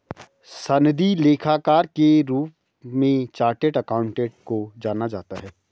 सनदी लेखाकार के रूप में चार्टेड अकाउंटेंट को जाना जाता है